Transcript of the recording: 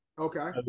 okay